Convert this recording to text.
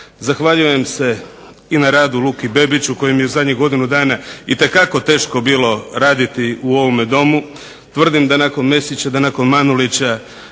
Zahvaljujem se i na radu Luki Bebiću kojem je u zadnjih godinu dana itekako teško bilo raditi u ovome Domu. Tvrdim da nakon Mesića, da nakon Manulića